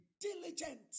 diligent